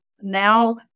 now